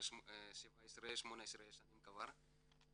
17-18 שנים כבר.